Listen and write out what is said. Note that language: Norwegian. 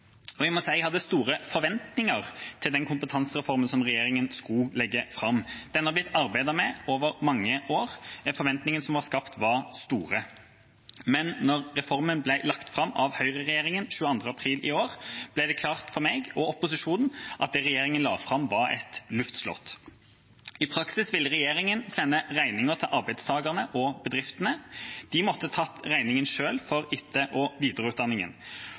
må si jeg hadde store forventninger til den kompetansereformen regjeringa skulle legge fram. Den har blitt arbeidet med over mange år. Forventningene som var skapt, var store, men da reformen ble lagt fram av høyreregjeringa 22. april i år, ble det klart for meg og opposisjonen at det regjeringa la fram, var et luftslott. I praksis ville regjeringa sende regningen til arbeidstakerne og bedriftene. De måtte tatt regningen selv for etter- og videreutdanningen.